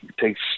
takes –